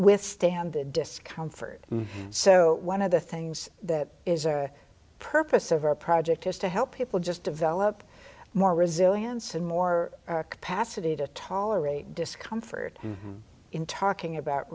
withstand the discomfort so one of the things that is a purpose of our project is to help people just develop more resilience and more capacity to tolerate discomfort in talking about